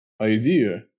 idea